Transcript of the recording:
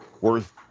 worth